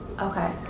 Okay